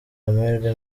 amahirwe